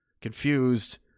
confused